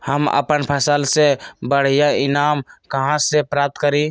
हम अपन फसल से बढ़िया ईनाम कहाँ से प्राप्त करी?